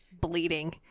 bleeding